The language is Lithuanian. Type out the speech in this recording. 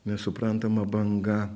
nesuprantama banga